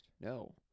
No